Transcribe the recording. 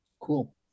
Cool